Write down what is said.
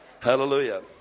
Hallelujah